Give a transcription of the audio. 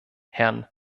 herrn